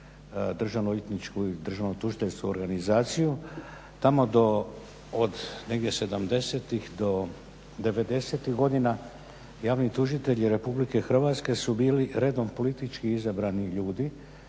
državno-odvjetničku i državno-tužiteljsku organizaciju, tamo od negdje '70.-tih do '90.-tih godina javni tužitelji Republike Hrvatske su bili redom politički izabrani ljudi